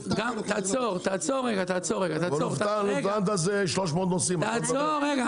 --- זה 300 נוסעים ואתה מדבר על 8 נוסעים.